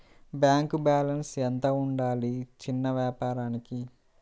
Bank balance ఎంత ఉండాలి చిన్న వ్యాపారానికి?